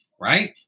Right